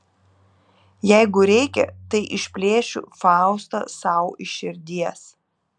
jeigu reikia tai išplėšiu faustą sau iš širdies